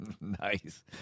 Nice